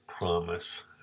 Promise